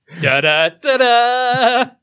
Da-da-da-da